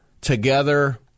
together